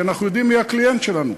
כי אנחנו יודעים מי הקליינט שלנו.